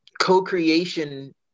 co-creation